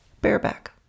Bareback